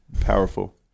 powerful